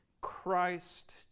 Christ